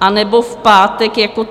anebo v pátek jako třetí bod.